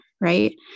right